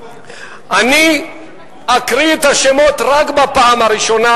אני אקריא את השמות רק בפעם הראשונה,